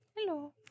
Hello